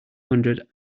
hundred